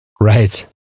right